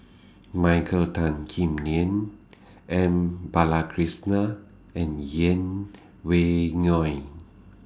Michael Tan Kim Nei M Balakrishnan and Yeng Pway Ngon